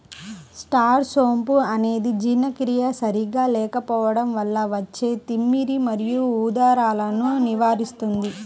star సోంపు అనేది జీర్ణక్రియ సరిగా లేకపోవడం వల్ల వచ్చే తిమ్మిరి మరియు ఉదరాలను నివారిస్తుంది